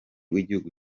w’igihugu